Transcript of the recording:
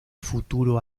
futuro